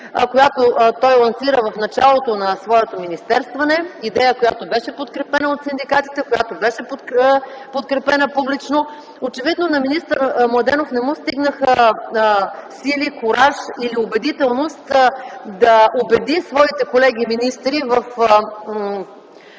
която той лансира в началото на своето министерстване, идея, която беше подкрепена от синдикатите, която беше подкрепена публично. Очевидно на министър Младенов не му стигнаха сили, кураж или убедителност да убеди своите колеги министри в